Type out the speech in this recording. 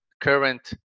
current